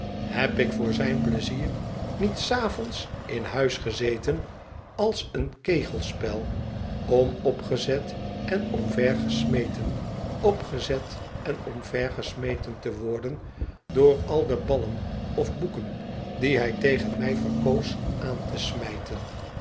heb ik voor zijn pleizierniet s avond in huis gezeten als een kegelspel om opgezet en omvergesmeten opgezet en omvergesmeten te worden door al de ballen of boeken die hij tegen mij verkoos aan te smijten